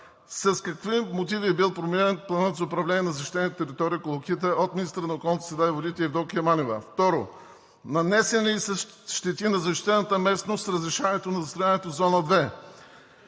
С какви мотиви е бил променен Планът за управление на защитената територия „Колокита“ от министъра на околната среда и водите Евдокия Манева? Второ, нанесени ли са щети на защитената местност с разрешаването на застояването в зона 2?